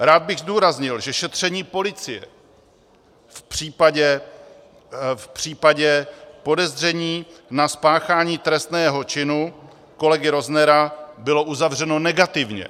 Rád bych zdůraznil, že šetření policie v případě podezření na spáchání trestného činu kolegy Roznera bylo uzavřeno negativně.